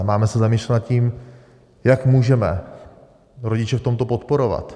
Máme se zamýšlet nad tím, jak můžeme rodiče v tomto podporovat.